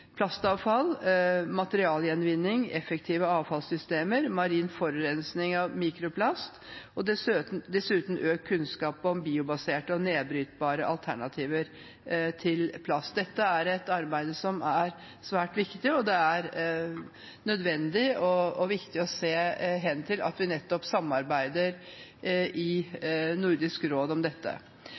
plastavfall, materialgjenvinning, effektive avfallssystemer, marin forurensning av mikroplast og dessuten økt kunnskap om biobaserte og nedbrytbare alternativer til plast. Dette er et arbeid som er svært viktig. Det er nødvendig og viktig å se hen til at vi samarbeider i Nordisk råd om dette,